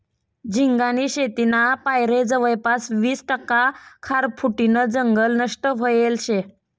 झिंगानी शेतीना पायरे जवयपास वीस टक्का खारफुटीनं जंगल नष्ट व्हयेल शे